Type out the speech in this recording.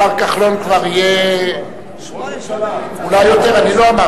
אומר השר, לא בונים